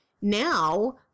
now